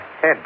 head